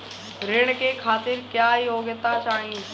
ऋण के खातिर क्या योग्यता चाहीं?